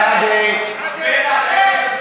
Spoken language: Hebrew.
ברגע האמת נתמכים בהסתה.